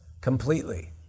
completely